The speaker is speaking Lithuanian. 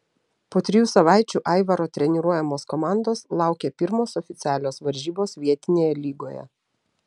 po trijų savaičių aivaro treniruojamos komandos laukė pirmos oficialios varžybos vietinėje lygoje